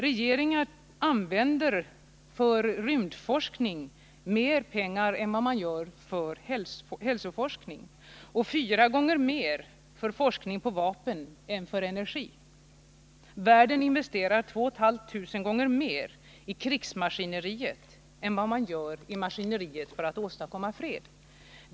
Regeringar använder mer pengar för rymdforskning än för hälsoforskning och fyra gånger mer för forskning om vapen än om energi. Världen investerar 2500 gånger mer i krigsmaskineriet än i maskineriet för att åstadkomma fred.